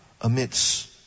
amidst